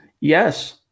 Yes